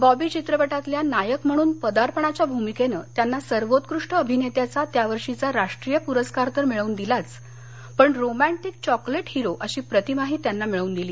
बॉबी चित्रपटातल्या नायक म्हणून पदार्पणाच्या भूमिकेनं त्यांना सर्वोत्कृष्ट अभिनेत्याचा त्या वर्षीचा राष्ट्रीय पुरस्कार तर मिळवून दिलाच पण रोमँटिक चॉकोलेट हिरो अशी प्रतिमाही त्यांना मिळवून दिली